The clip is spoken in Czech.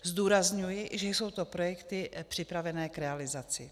Zdůrazňuji, že jsou to projekty připravené k realizaci.